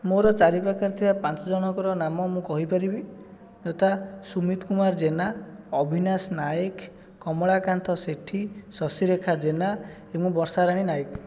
ମୋର ଚାରି ପାଖରେ ଥିବା ପାଞ୍ଚ ଜଣଙ୍କର ନାମ ମୁଁ କହିପାରିବି ଯଥା ସୁମିତ କୁମାର ଜେନା ଅଭିନାଶ ନାୟକ କମଳାକାନ୍ତ ସେଠି ଶଶୀରେଖା ଜେନା ଏବଂ ବର୍ଷାରାଣୀ ନାୟକ